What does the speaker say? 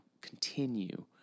continue